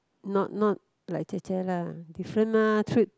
not not like 姐姐：jie jie lah different mah three